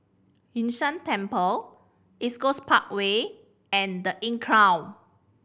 Yun Shan Temple East Coast Parkway and The Inncrowd